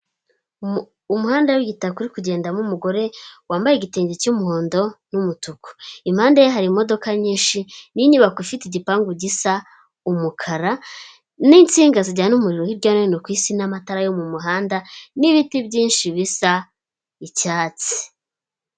Umuhanda w'igitaka uri kugendamo umugore wambaye igitenge cy'umuhondo n'umutuku. Impande ye hari imodoka nyinshi, n'inyubako ifite igipangu gisa umukara n'insinga zijyana umuriro hirya no hino ku isi n'amatara yo mu muhanda n'ibiti byinshi bisa icyatsi.